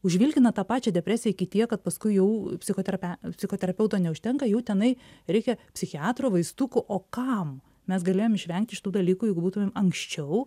užvilkina tą pačią depresiją iki tiek kad paskui jau psichoterape psichoterapeuto neužtenka jau tenai reikia psichiatro vaistukų o kam mes galėjom išvengti šitų dalykų jeigu būtume anksčiau